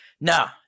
Nah